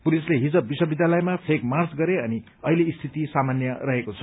पुलिसले हिज विश्वविद्यालयमा फ्लाग मार्च गरे अनि अहिले स्थिति सामान्य रहेको छ